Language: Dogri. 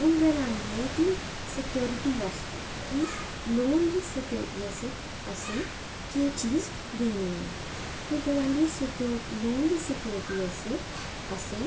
हून गल्ल आंदी ऐ कि स्कयोरिटी बास्तै कि लोन दी स्कयोरिटी आस्तै असैं केह् चीज़ देनी ऐ ते गलांदे लोन दी स्कयोरिटी आस्ते असें